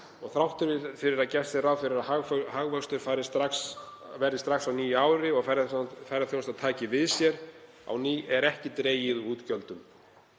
og þrátt fyrir að gert sé ráð fyrir að hagvöxtur verði strax á nýju ári og ferðaþjónustan taki við sér á ný er ekki dregið úr útgjöldum.